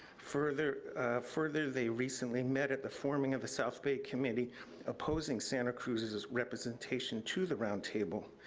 further further, they recently met at the forming of the south bay committee opposing santa cruz's representation to the roundtable.